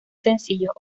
sencillos